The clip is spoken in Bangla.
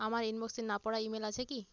আমার ইনবক্সে না পড়া ইমেল আছে কি